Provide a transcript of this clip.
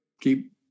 Keep